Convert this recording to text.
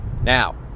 Now